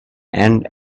and